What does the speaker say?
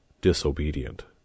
DISOBEDIENT